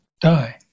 die